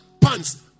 Pants